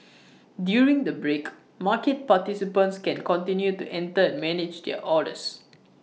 during the break market participants can continue to enter and manage their orders